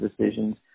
decisions